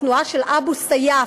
התנועה של אבו סייף,